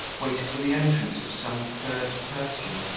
waited for the entrance of some third person.